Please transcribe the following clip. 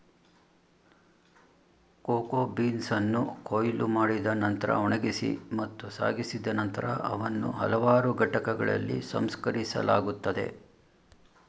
cocoa ಬೀನ್ಸನ್ನು ಕೊಯ್ಲು ಮಾಡಿದ ನಂತ್ರ ಒಣಗಿಸಿ ಮತ್ತು ಸಾಗಿಸಿದ ನಂತರ ಅವನ್ನು ಹಲವಾರು ಘಟಕಗಳಲ್ಲಿ ಸಂಸ್ಕರಿಸಲಾಗುತ್ತದೆ